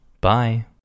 Bye